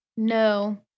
No